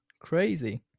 Crazy